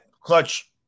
Clutch